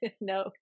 no